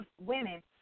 women